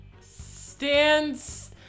stands